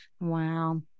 Wow